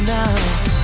now